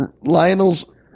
lionel's